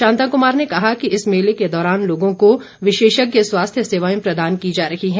शांता कुमार ने कहा कि इस मेले के दौरान लोगों को विशेषज्ञ स्वास्थ्य सेवाएं प्रदान की जा रही है